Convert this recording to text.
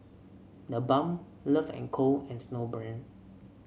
The Balm Love And Co and Snowbrand